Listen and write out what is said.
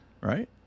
right